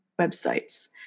websites